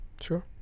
Sure